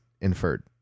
inferred